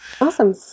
awesome